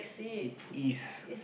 it is